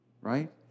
right